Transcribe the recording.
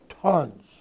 tons